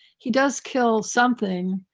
he does kill something,